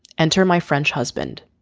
and turn my french husband.